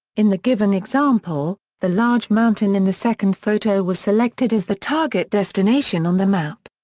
in the given example, the large mountain in the second photo was selected as the target destination on the map.